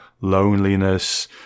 loneliness